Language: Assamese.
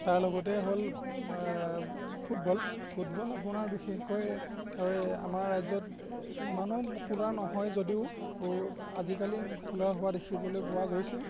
তাৰ লগতে হ'ল ফুটবল ফুটবল আপোনাৰ বিশেষকৈ ঐ আমাৰ ৰাজ্যত ইমানো পপুলাৰ নহয় যদিও আজিকালি পপুলাৰ হোৱা দেখিবলৈ পোৱা গৈছে